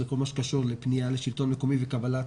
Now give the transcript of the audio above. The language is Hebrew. כל מה שקשור לפנייה לשלטון המקומי וקבלת